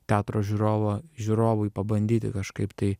teatro žiūrovo žiūrovui pabandyti kažkaip tai